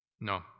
No